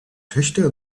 töchter